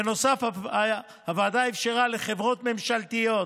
בנוסף, הוועדה אפשרה לחברות ממשלתיות